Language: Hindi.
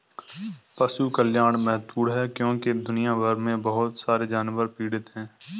पशु कल्याण महत्वपूर्ण है क्योंकि दुनिया भर में बहुत सारे जानवर पीड़ित हैं